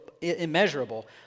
immeasurable